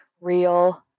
real